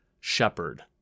shepherd